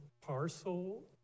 parcel